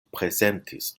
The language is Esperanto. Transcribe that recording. prezentis